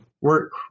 work